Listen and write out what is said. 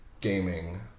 gaming